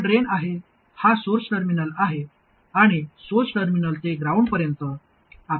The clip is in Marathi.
हा ड्रेन आहे हा सोर्स टर्मिनल आहे आणि सोर्स टर्मिनल ते ग्राउंड पर्यंत आपल्याकडे कॅपेसिटर C3 आहे